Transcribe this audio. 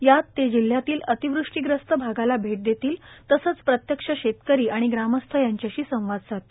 यात ते जिल्ह्यातील अतिवृष्टीग्रस्त भागाला भेट देतील तसेच प्रत्यक्ष शेतकरी ग्रामस्थ यांच्याशी संवाद साधतील